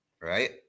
Right